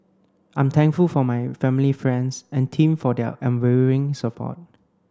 I'm thankful for my family friends and team for their unwavering support